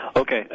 Okay